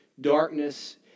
darkness